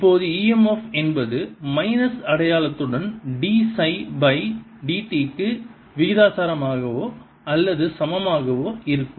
இப்போது e m f என்பது minus அடையாளத்துடன் d சை பை dt க்கு விகிதாசாரமாகவோ அல்லது சமமாகவோ இருக்கும்